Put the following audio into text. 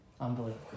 Unbelievable